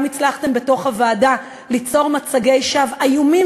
גם הצלחתם בתוך הוועדה ליצור מצגי שווא איומים